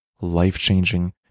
life-changing